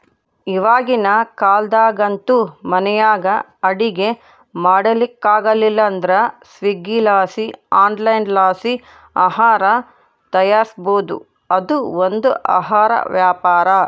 ಇವಾಗಿನ ಕಾಲದಾಗಂತೂ ಮನೆಯಾಗ ಅಡಿಗೆ ಮಾಡಕಾಗಲಿಲ್ಲುದ್ರ ಸ್ವೀಗ್ಗಿಲಾಸಿ ಆನ್ಲೈನ್ಲಾಸಿ ಆಹಾರ ತರಿಸ್ಬೋದು, ಅದು ಒಂದು ಆಹಾರ ವ್ಯಾಪಾರ